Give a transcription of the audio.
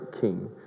king